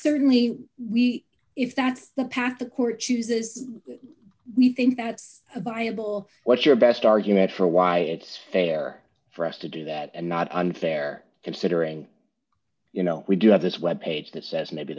certainly we if that's the path the court chooses we think that's a viable what's your best argument for why it's fair for us to do that and not unfair considering you know we do have this web page that says maybe